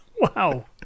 Wow